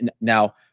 now